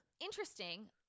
interesting